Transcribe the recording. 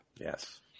Yes